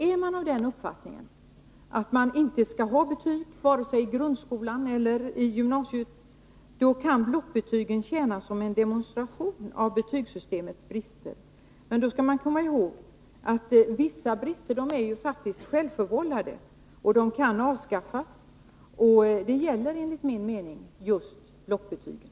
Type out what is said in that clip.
Är man av den uppfattningen att vi inte skall ha betyg vare sig i grundskolan eller i gymnasieskolan, då kan blockbetygen tjäna som en demonstration av betygssystemets brister. Men då skall man komma ihåg att vissa brister faktiskt är självförvållade. Sådana brister kan avskaffas, och det gäller enligt min mening just blockbetygen.